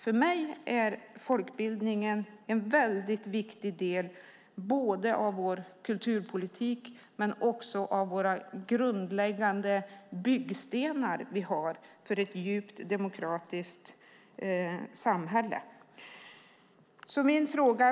För mig är folkbildningen en viktig del av vår kulturpolitik och våra grundläggande byggstenar för ett djupt demokratiskt samhälle.